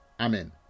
Amen